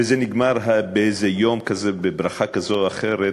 וזה נגמר באיזה יום כזה, בברכה כזו או אחרת.